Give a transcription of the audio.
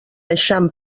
eixam